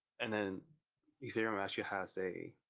and then ethereum actually has a